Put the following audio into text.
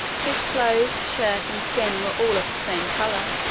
his clothes, shirt, and skin, were all of the same colour.